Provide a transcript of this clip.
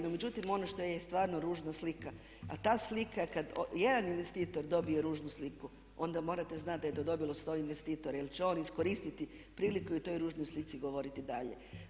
No međutim, ono što je stvarno ružna slika a ta slika je kada jedan investitor dobije ružnu sliku onda morate znati da je to dobilo 100 investitora jer će on iskoristiti priliku i o toj ružnoj slici govoriti i dalje.